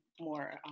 more